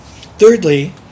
Thirdly